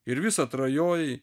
ir vis atrajojai